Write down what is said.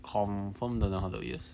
confirm 的 lor all the years